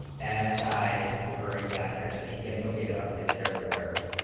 have ties to bury sanders and you can look it up its everywhere,